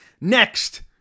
Next